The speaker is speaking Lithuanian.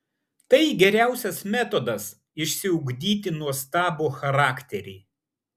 tai geriausias metodas išsiugdyti nuostabų charakterį